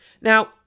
Now